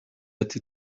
ati